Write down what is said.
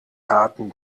harten